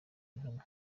intumwa